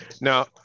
now